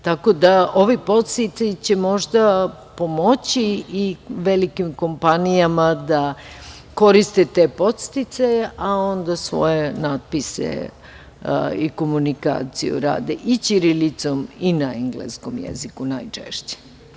Tako da ovi podsticaji će možda pomoći i velikim kompanijama da koriste te podsticaje, a onda svoje natpiše i komunikaciju rade i ćirilicom i na engleskom jeziku, najčešće.